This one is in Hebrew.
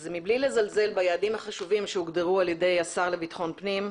אז מבלי לזלזל ביעדים החשובים שהוגדרו על ידי השר לביטחון פנים,